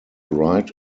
right